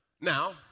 Now